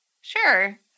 sure